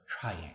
trying